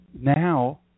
Now